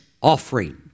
offering